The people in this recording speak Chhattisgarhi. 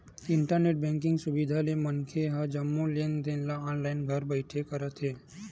इंटरनेट बेंकिंग सुबिधा ले मनखे ह जम्मो लेन देन ल ऑनलाईन घर बइठे करत हे